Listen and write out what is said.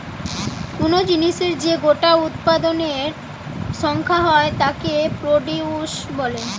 কুনো জিনিসের যে গোটা উৎপাদনের সংখ্যা হয় তাকে প্রডিউস বলে